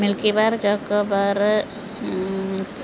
milky bar choco bar